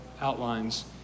outlines